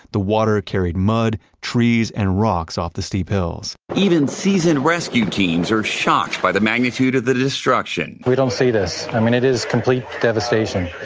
the water carried mud, trees, and rocks off the steep hills even seasoned rescue teams are shocked by the magnitude of the destruction we don't see this. i mean it is complete devastation.